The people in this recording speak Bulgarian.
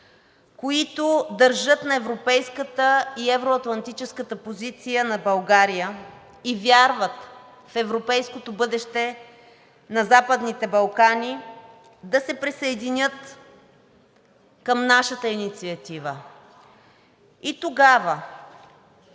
които държат на европейската и евро-атлантическата позиция на България и вярват в европейското бъдеще на Западните Балкани, да се присъединят към нашата инициатива. И тогава